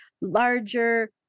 larger